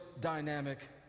dynamic